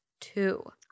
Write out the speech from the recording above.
two